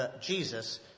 Jesus